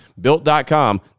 Built.com